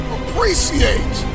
Appreciate